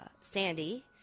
Sandy